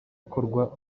akorwa